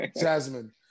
Jasmine